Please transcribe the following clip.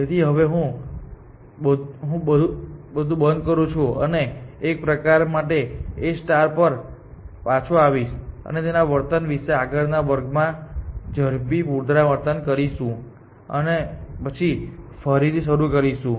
તેથી હવે અહીં હું બંધ કરું છું અને એક પ્રકારે આ A પર પાછો આવીશ અને તેના વર્તન વિશે આગળના વર્ગમાં ઝડપી પુનરાવર્તન કરીશું અને પછી ફરીથી શરુ કરીશું